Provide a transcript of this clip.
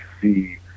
see